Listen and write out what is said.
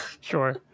Sure